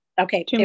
Okay